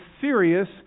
serious